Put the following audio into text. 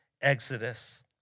exodus